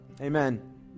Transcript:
Amen